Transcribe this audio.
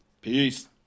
Peace